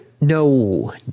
No